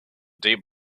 deep